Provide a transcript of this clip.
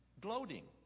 gloating